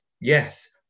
yes